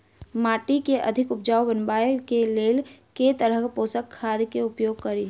माटि केँ अधिक उपजाउ बनाबय केँ लेल केँ तरहक पोसक खाद केँ उपयोग करि?